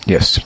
Yes